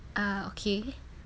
ah okay